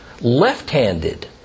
left-handed